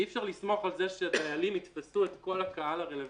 אי אפשר לסמוך על זה שהדיילים יתפסו את כל הקהל הרלבנטי,